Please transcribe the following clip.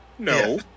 no